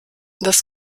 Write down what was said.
das